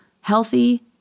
healthy